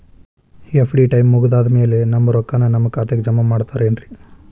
FD time ಮುಗಿದಾದ್ ಮ್ಯಾಲೆ ನಮ್ ರೊಕ್ಕಾನ ನಮ್ ಖಾತೆಗೆ ಜಮಾ ಮಾಡ್ತೇರೆನ್ರಿ?